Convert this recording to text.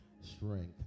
strength